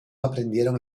aprendieron